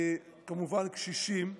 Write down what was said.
כמובן קשישים,